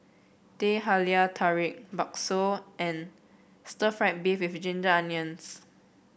Teh Halia Tarik bakso and Stir Fried Beef with Ginger Onions